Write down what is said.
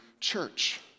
church